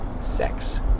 sex